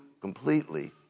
completely